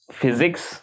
physics